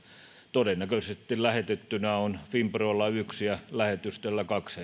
todennäköisesti lähetettynä on finprolla yksi ja lähetystöllä kaksi